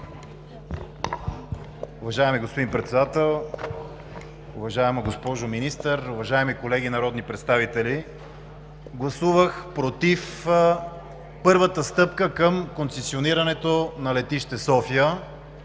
Уважаеми господин Председател, уважаема госпожо Министър, уважаеми колеги народни представители! Гласувах „против“ първата стъпка към концесионирането на Летище София,